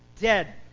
dead